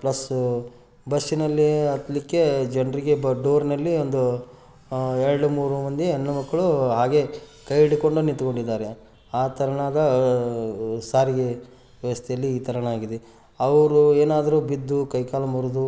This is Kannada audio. ಪ್ಲಸ್ ಬಸ್ಸಿನಲ್ಲಿ ಹತ್ಲಿಕ್ಕೆ ಜನರಿಗೆ ಬ ಡೋರಿನಲ್ಲಿ ಒಂದು ಎರಡು ಮೂರು ಮಂದಿ ಹೆಣ್ಣು ಮಕ್ಕಳು ಹಾಗೆ ಕೈ ಹಿಡ್ಕೊಂಡು ನಿಂತುಕೊಂಡಿದ್ದಾರೆ ಆ ತೆರನಾದ ಸಾರಿಗೆ ವ್ಯವಸ್ಥೆಯಲ್ಲಿ ಈ ಥರನಾಗಿದೆ ಅವರು ಏನಾದ್ರೂ ಬಿದ್ದು ಕೈ ಕಾಲು ಮುರಿದು